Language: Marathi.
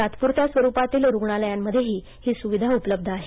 तात्पूरत्या स्वरुपांतील रुग्णालयांमध्येही ही सुविधा उपलब्ध आहे